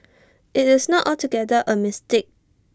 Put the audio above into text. IT is not altogether A mistake